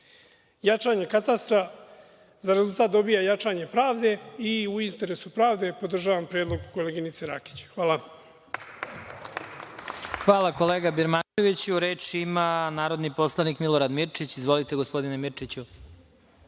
ishod. Jačanje katastra za rezultat dobija jačanje pravde i u interesu pravde podržavam predlog koleginice Rakić. Hvala. **Vladimir Marinković** Hvala, kolega Birmančeviću. Reč ima narodni poslanik Milorad Mirčić. Izvolite, gospodine Miričiću.